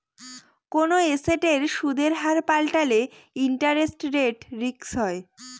কোনো এসেটের সুদের হার পাল্টালে ইন্টারেস্ট রেট রিস্ক হয়